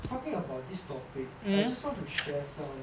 talking about this topic I just want to share some